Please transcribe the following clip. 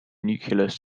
nucleus